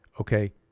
okay